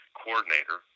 coordinator